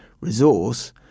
resource